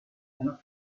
una